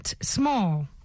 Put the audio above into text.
small